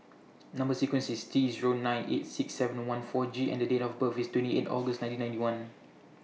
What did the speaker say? Number sequence IS T Zero nine eight six seven one four G and Date of birth IS twenty eight August nineteen ninety one